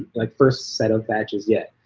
like first set of batches yet.